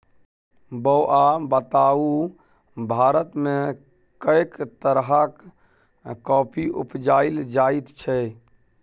बौआ बताउ भारतमे कैक तरहक कॉफी उपजाएल जाइत छै?